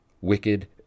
wicked